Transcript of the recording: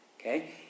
okay